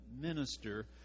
minister